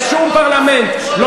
בשום פרלמנט, תחליף דיסקט.